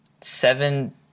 seven